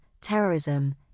terrorism